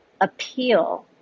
appeal